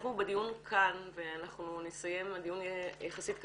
אנחנו בדיון כאן, והדיון יהיה יחסית קצר,